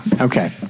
okay